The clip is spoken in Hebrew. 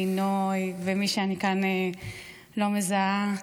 לינוי ומי שאני כאן לא מזהה.